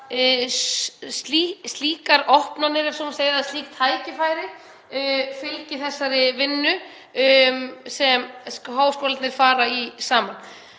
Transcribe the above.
slíkar opnanir, ef svo má segja, eða slík tækifæri, fylgi þessari vinnu sem háskólarnir fara í saman.